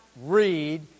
read